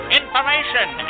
information